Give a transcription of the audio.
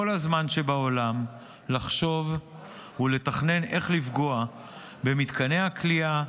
הזמן שבעולם לחשוב ולתכנן איך לפגוע במתקני הכליאה,